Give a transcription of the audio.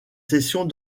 sessions